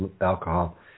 alcohol